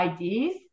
IDs